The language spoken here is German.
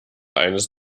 eines